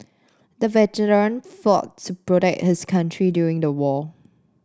the veteran fought to protect his country during the war